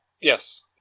Yes